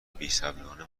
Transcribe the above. بیصبرانه